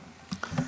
אדוני.